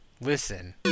listen